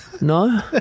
No